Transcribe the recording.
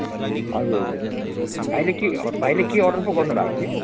हजुर हजुर भाइले के भाइले के अर्डर पो गर्नु भएको थियो